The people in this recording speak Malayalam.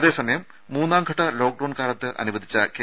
അതേസമയം മൂന്നാം ഘട്ട ലോക്ഡൌൺ കാലത്ത് അനുവദിച്ച കെ